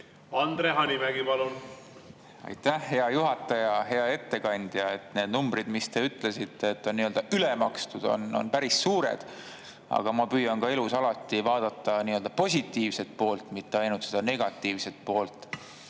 Andre Hanimägi, palun! Aitäh, hea juhataja! Hea ettekandja! Need numbrid, mille kohta te ütlesite, et need on nii-öelda ülemakstud, on päris suured. Aga ma püüan elus alati vaadata positiivset poolt, mitte ainult negatiivset poolt.